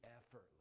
effortless